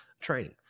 training